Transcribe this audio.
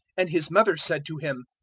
and his mother said to him,